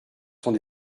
sont